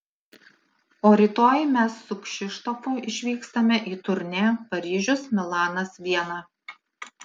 o rytoj mes su kšištofu išvykstame į turnė paryžius milanas viena